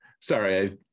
sorry